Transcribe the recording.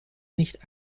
nicht